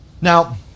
Now